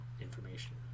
information